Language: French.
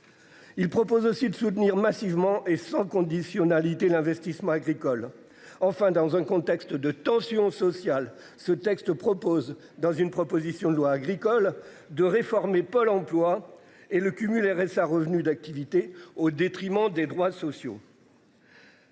Il propose aussi de soutenir massivement et sans conditionnalité l'investissement agricole enfin dans un contexte de tension sociale ce texte propose dans une proposition de loi agricole de réformer, Pôle Emploi et le cumul RSA revenu d'activité au détriment des droits sociaux.